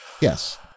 yes